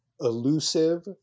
elusive